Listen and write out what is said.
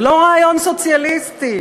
זה לא רעיון סוציאליסטי,